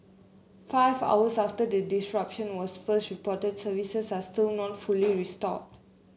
five hours after the disruption was first reported services are still not fully restored